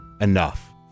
enough